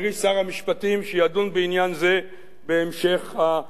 שידון בעניין זה בהמשך הבוקר הזה,